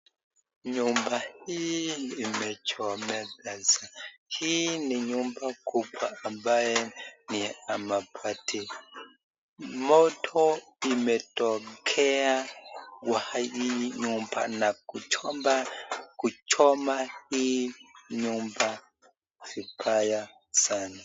Nyumba hii imechomeka sana. Hii ni nyumba kubwa ambayo ni ya mabati . Moto umetokea kwa hili nyumba na kuchoma hili nyumba vibaya sana.